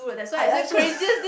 I I also